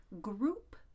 group